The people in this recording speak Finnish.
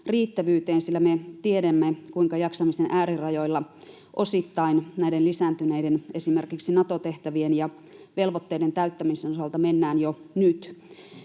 riittävyyteen, sillä me tiedämme, kuinka jaksamisen äärirajoilla osittain esimerkiksi näiden lisääntyneiden Nato-tehtävien ja -velvoitteiden täyttämisen osalta mennään jo nyt.